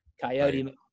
Coyote